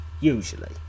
usually